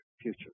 future